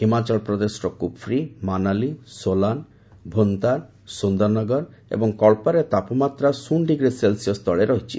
ହିମାଚଳ ପ୍ରଦେଶ କୁଫ୍ରି ମାନାଲି ସୋଲାନ ଭୁନତାର ସୁନ୍ଦରନଗର ଏବଂ କଚ୍ଚାରେ ତାପମାତ୍ରା ଶୂନ୍ ଡିଗ୍ରୀ ସେଲ୍ସିୟସ ତଳେ ରହିଛି